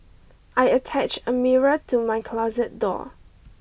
I attached a mirror to my closet door